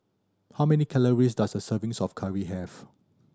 how many calories does a servings of curry have